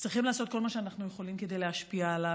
צריכים לעשות כל מה שאנחנו יכולים כדי להשפיע עליו.